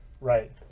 Right